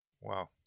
Wow